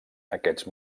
aquests